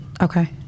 Okay